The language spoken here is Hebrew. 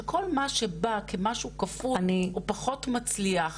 שכל מה שבא כמשהו כפוי הוא פחות מצליח,